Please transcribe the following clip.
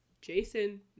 Jason